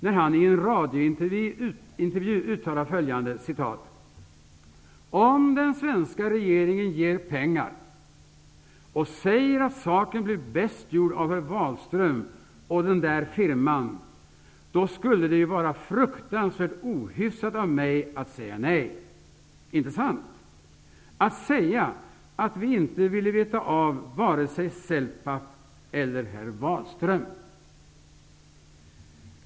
Han uttalar i en radiointervju följande: ''Om den svenska regeringen ger pengar och säger att saken blir bäst gjord av herr Wahlström och den där firman, då skulle det ju vara fruktansvärt ohyfsat av mig att säga nej. Inte sant? Att säga att vi inte ville veta av vare sig Celpap eller herr Wahlström.''